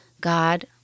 God